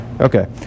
Okay